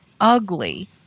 ugly